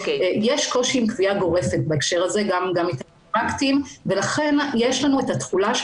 יש קושי עם קביעה גורפת בהקשר הזה ולכן יש לנו את התחולה של